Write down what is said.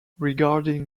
regarding